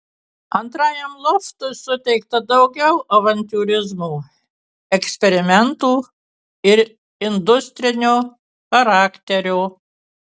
antrajam loftui suteikta daugiau avantiūrizmo eksperimentų ir industrinio charakterio